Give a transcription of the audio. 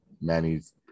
Manny's